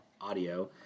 audio